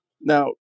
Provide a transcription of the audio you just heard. now